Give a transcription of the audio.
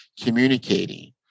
communicating